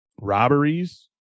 robberies